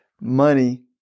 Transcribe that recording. money